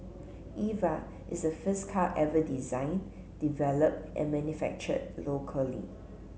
Eva is the first car ever design developed and manufactured locally